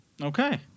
Okay